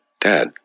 Dad